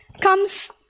comes